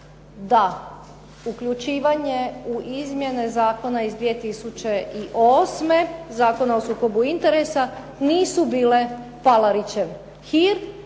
da uključivanje u izmjene zakona iz 2008. Zakona o sukobu interesa nisu bile Palarićev